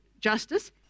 justice